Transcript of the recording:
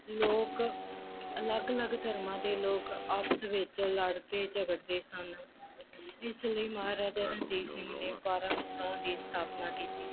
ਲੋਕ ਅਲੱਗ ਅਲੱਗ ਧਰਮਾਂ ਦੇ ਲੋਕ ਆਪਸ ਵਿੱਚ ਲੜਦੇ ਝਗੜਦੇ ਸਨ ਇਸ ਲਈ ਮਹਾਰਾਜਾ ਰਣਜੀਤ ਸਿੰਘ ਨੇ ਬਾਰ੍ਹਾਂ ਮਿਸਲਾਂ ਦੀ ਸਥਾਪਨਾ ਕੀਤੀ